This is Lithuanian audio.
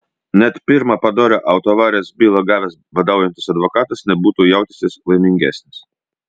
net pirmą padorią autoavarijos bylą gavęs badaujantis advokatas nebūtų jautęsis laimingesnis